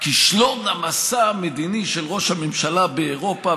כישלון המסע המדיני של ראש הממשלה באירופה.